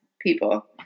people